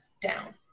down